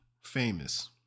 famous